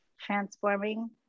transforming